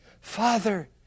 Father